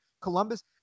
Columbus